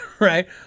right